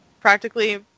practically